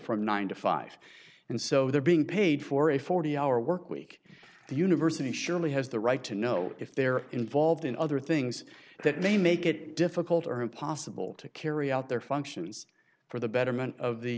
from nine to five and so they're being paid for a forty hour work week the university surely has the right to know if they're involved in other things that may make it difficult or impossible to carry out their functions for the betterment of the